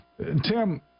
Tim